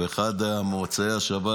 באחד ממוצאי השבת.